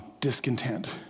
discontent